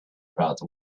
about